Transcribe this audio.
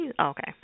Okay